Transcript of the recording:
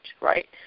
right